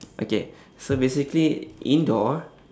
okay so basically indoor